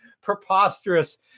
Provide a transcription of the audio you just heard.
preposterous